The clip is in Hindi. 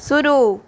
शुरू